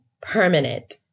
permanent